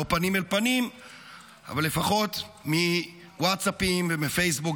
לא פנים אל פנים אבל לפחות מווטסאפים ומפייסבוק,